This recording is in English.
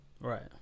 Right